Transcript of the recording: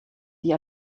die